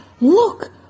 look